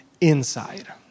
inside